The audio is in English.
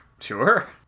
Sure